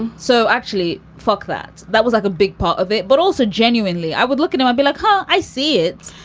and so actually, fuck that. that was like a big part of it. but also genuinely, i would look into a black hole. i see it.